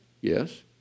Yes